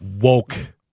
Woke